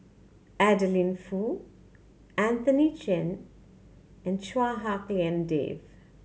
Adeline Foo Anthony Chen and Chua Hak Lien Dave